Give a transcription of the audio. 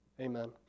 amen